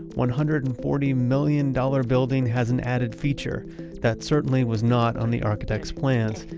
one hundred and forty million dollar building has an added feature that certainly was not on the architect's plans.